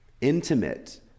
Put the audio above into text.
intimate